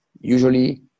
usually